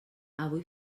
avui